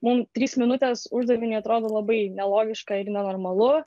mum trys minutės uždaviniui atrodo labai nelogiška ir nenormalu